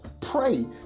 pray